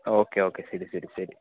okay okay ശരി ശരി ശരി